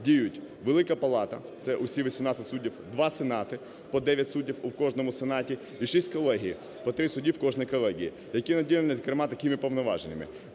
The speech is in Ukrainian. діють: Велика палата (це усі 18 суддів), 2 сенати (по 9 суддів у кожному сенаті), і 6 колегій (по 3 судді в кожній колегії), які наділені, зокрема, такими повноваженнями: